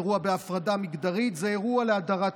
אירוע בהפרדה מגדרית זה אירוע להדרת נשים.